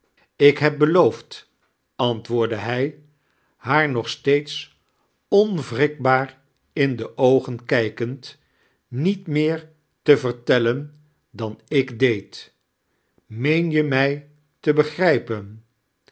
ik heb beloofd antwaordde hij haaa nog steeds omwrikbaar in die oogen kijkend niet meeir te verteilen dan ik deed meen je mij te begirijpen